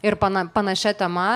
ir pana panašia tema